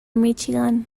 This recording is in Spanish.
míchigan